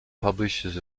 publishers